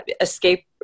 escape